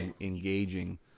engaging